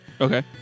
Okay